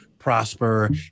prosper